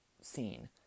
scene